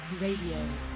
RADIO